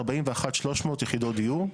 41,300 יחידות דיור,